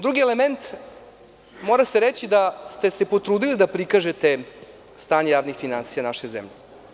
Drugi elemente, mora se reći da ste se potrudili da prikažete stanje javnih finansija naše zemlje.